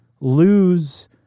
lose